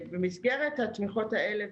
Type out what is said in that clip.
במסגרת התמיכות האלה,